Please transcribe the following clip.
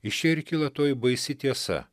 iš čia ir kyla toji baisi tiesa